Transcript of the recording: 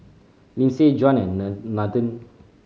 Lyndsay Juan and Nathen